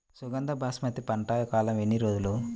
సుగంధ బాస్మతి పంట కాలం ఎన్ని రోజులు?